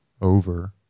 over